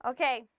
Okay